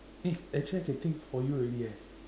eh actually I can think for you already eh